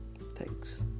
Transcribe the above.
Thanks